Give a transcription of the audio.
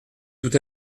tout